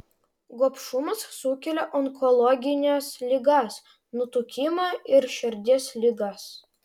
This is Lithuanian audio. gobšumas sukelia onkologines ligas nutukimą ir širdies ligas